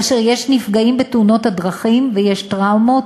כאשר יש נפגעים בתאונות הדרכים ויש טראומות,